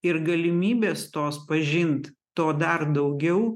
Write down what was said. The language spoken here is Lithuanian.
ir galimybės tos pažint to dar daugiau